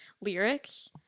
lyrics